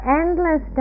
endless